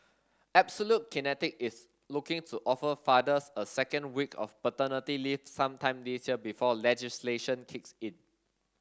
absolute kinetic is looking to offer fathers a second week of paternity leave sometime this year before legislation kicks in